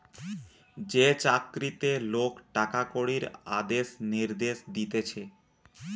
যে চাকরিতে লোক টাকা কড়ির আদেশ নির্দেশ দিতেছে